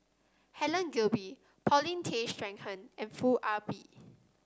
Helen Gilbey Paulin Tay Straughan and Foo Ah Bee